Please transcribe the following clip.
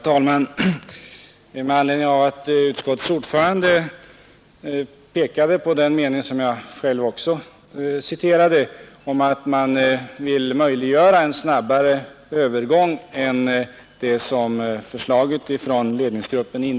Herr talman! Utskottets ordförande pekade på den mening i majoritetsyttrandet där man uttalar en förhoppning att det skall bli möjligt att nå en snabbare övergång till skärpta krav på avgasrening än enligt ledningsgruppens förslag.